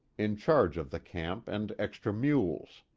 in charge of the camp and extra mules.